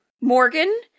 Morgan